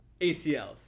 ACLs